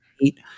eat